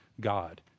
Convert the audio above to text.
God